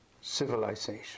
civilization